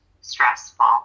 stressful